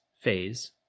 phase